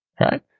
right